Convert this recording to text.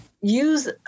use